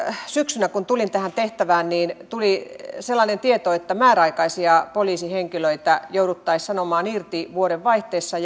syksynä kun tulin tähän tehtävään tuli sellainen tieto että määräaikaisia poliisihenkilöitä jouduttaisiin sanomaan irti vuodenvaihteessa